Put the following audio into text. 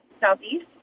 Southeast